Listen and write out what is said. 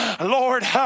lord